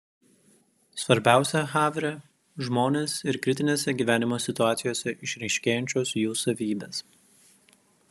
svarbiausia havre žmonės ir kritinėse gyvenimo situacijose išryškėjančios jų savybės